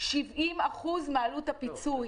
70% מעלות הפיצוי.